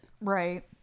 right